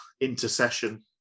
intercession